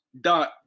dot